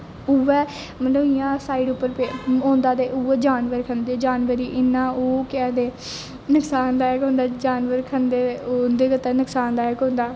उऐ साइड उप्पर होंदा ते उऐ जानवर खंदे जानवर इन्ना ओह् केह् आक्खदे नुक्सानदायक होंदा जानबर खंदे उंदे गित्तै नुक्सानदायक होंदा